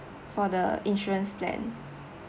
for the insurance plan